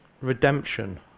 redemption